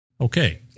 Okay